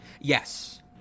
Yes